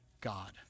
God